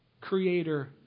creator